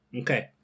Okay